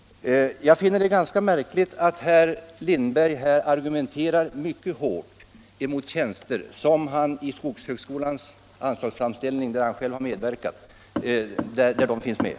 Jag finner det ganska märkligt att herr Lindberg här argumenterar mycket hårt mot tjänster som finns med i skogshögskolans anslagsframställning — som han själv medverkat till att utarbeta.